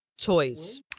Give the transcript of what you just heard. toys